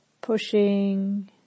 pushing